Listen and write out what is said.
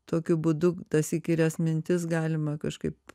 tokiu būdu tas įkyrias mintis galima kažkaip